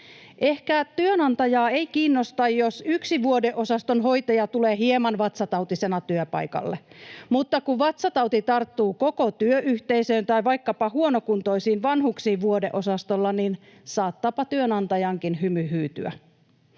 Ehkä työnantajaa ei kiinnosta, jos yksi vuodeosaston hoitaja tulee hieman vatsatautisena työpaikalle, mutta kun vatsatauti tarttuu koko työyhteisöön tai vaikkapa huonokuntoisiin vanhuksiin vuodeosastolla, niin saattaapa työnantajankin hymy hyytyä.